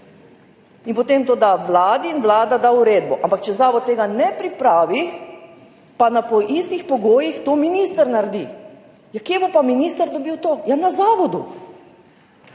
in potem to da Vladi in Vlada da uredbo. Ampak če Zavod tega ne pripravi, pa po istih pogojih to minister naredi. Kje bo pa minister dobil to? Ja na Zavodu!